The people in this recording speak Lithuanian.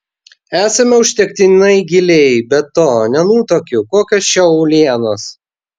esame užtektinai giliai be to nenutuokiu kokios čia uolienos